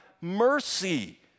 mercy